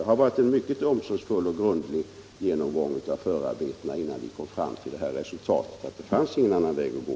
Det har varit en mycket omsorgsfull och grundlig genomgång av förarbetena innan vi kom fram till det resultatet att det inte fanns någon annan väg att gå.